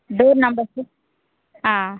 door numbers ah